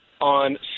on